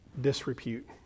disrepute